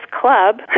club